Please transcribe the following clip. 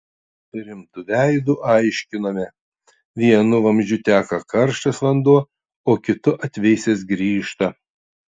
ir rimtu veidu aiškinome vienu vamzdžiu teka karštas vanduo o kitu atvėsęs grįžta